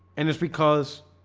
and it's because